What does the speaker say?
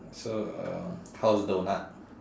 so uh how's donut